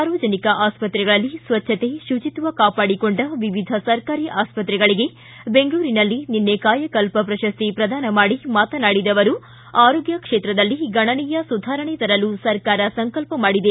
ಸಾರ್ವಜನಿಕ ಆಸ್ಪತ್ರೆಗಳಲ್ಲಿ ಸ್ವಚ್ಛತೆ ಶುಚಿತ್ವ ಕಾಪಾಡಿಕೊಂಡ ವಿವಿಧ ಸರ್ಕಾರಿ ಆಸ್ಪತ್ರೆಗಳಿಗೆ ಬೆಂಗಳೂರಿನಲ್ಲಿ ನಿನ್ನೆ ಕಾಯಕಲ್ಪ ಪ್ರಶಸ್ತಿ ಪ್ರದಾನ ಮಾಡಿ ಮಾತನಾಡಿದ ಅವರು ಆರೋಗ್ಯ ಕ್ಷೇತ್ರದಲ್ಲಿ ಗಣನೀಯ ಸುಧಾರಣೆ ತರಲು ಸರ್ಕಾರ ಸಂಕಲ್ಪ ಮಾಡಿದೆ